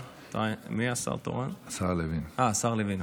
אה, השר לוין.